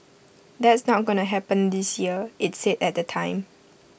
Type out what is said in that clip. that's not going to happen this year IT said at the time